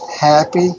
happy